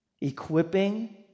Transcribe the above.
equipping